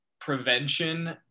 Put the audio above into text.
prevention